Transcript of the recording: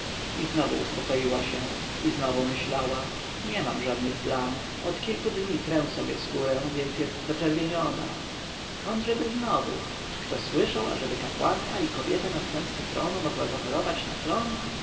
i znownuznowu uspokoiła się i znowu myślała nie mam żadnych plam od kilku dni trę sobie skórę więc jest zaczerwieniona skądżeby znowu czy kto słyszał ażeby kapłanka i kobieta następcy tronu mogła zachorować na trąd